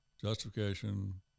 justification